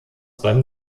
beim